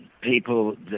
people